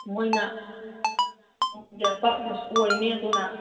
ꯃꯣꯏꯅ ꯑꯄꯥꯝꯕꯁꯨ ꯑꯣꯏꯅꯤ ꯑꯗꯨꯅ